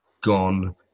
gone